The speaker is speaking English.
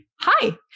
hi